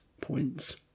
points